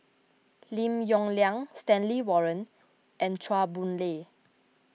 Lim Yong Liang Stanley Warren and Chua Boon Lay